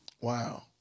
Wow